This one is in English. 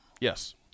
Yes